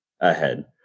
ahead